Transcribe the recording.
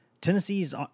Tennessee's